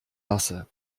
lasse